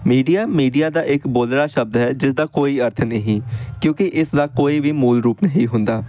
media media ਦਾ ਇੱਕ ਬੋਲੜਾ ਸ਼ਬਦ ਹੈ ਜਿਸਦਾ ਕੋਈ ਅਰਥ ਨਹੀਂ ਕਿਉਂਕਿ ਇਸ ਦਾ ਕੋਈ ਵੀ ਮੂਲ ਰੂਪ ਨਹੀਂ ਹੁੰਦਾ